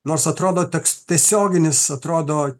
nors atrodo toks tiesioginis atrodo